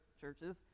churches